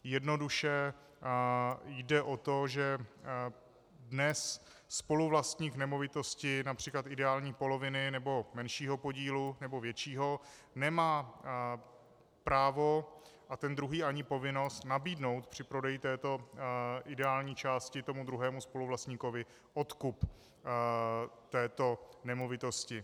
Jednoduše jde o to, že dnes spoluvlastník nemovitosti, například ideální poloviny nebo menšího či většího podílu, nemá právo a ten druhý ani povinnost nabídnout při prodeji této ideální části druhému spoluvlastníkovi odkup této nemovitosti.